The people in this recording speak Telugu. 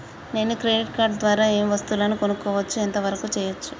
నేను క్రెడిట్ కార్డ్ ద్వారా ఏం వస్తువులు కొనుక్కోవచ్చు ఎంత వరకు చేయవచ్చు?